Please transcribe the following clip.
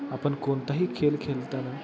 आपण कोणताही खेळ खेळताना